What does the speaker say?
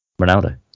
Ronaldo